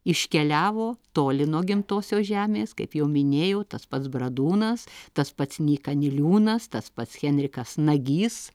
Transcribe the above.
iškeliavo toli nuo gimtosios žemės kaip jau minėjau tas pats bradūnas tas pats nyka niliūnas tas pats henrikas nagys